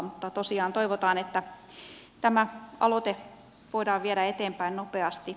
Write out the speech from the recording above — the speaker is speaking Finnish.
mutta tosiaan toivotaan että tämä aloite voidaan viedä eteenpäin nopeasti